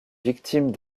victimes